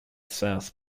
south